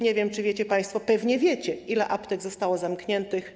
Nie wiem, czy wiecie państwo - pewnie wiecie - ile aptek zostało zamkniętych.